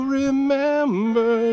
remember